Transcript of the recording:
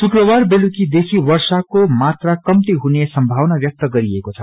शुक्रवार बेलुकीदेखि वर्षाका ेमात्रा कम्ती हुने संभावना व्यक्त गरिएको छ